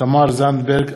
תמר זנדברג,